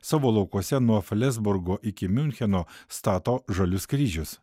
savo laukuose nuo flesburgo iki miuncheno stato žalius kryžius